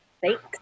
thanks